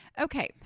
okay